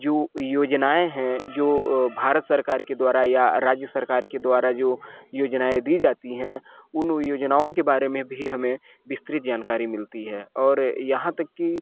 जो योजनाएँ हैं जो अ भारत सरकार के द्वारा या राज्य सरकार के द्वारा जो योजनाएँ दी जाती हैं उन योजनाओं के बारे में भी हमें विस्तृत जानकारी मिलती है और यहाँ तक कि